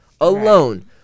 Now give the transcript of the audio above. alone